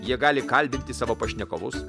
jie gali kalbinti savo pašnekovus